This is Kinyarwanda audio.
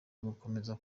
ugukomeza